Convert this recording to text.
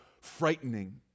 frightening